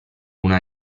una